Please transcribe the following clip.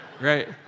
right